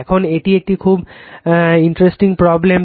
এখন এটি একটি খুব ইন্টারেস্টিং প্রব্লেম